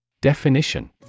Definition